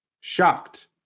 shocked